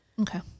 okay